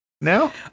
now